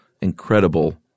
incredible